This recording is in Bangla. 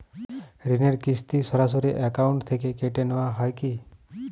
ঋণের কিস্তি সরাসরি অ্যাকাউন্ট থেকে কেটে নেওয়া হয় কি?